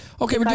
Okay